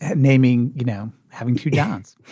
and naming, you know, having to dance.